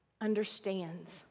understands